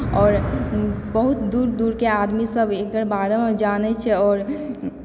आओर बहुत दूर दूरके आदमी सभ एकर बारेमे जानै छै आओर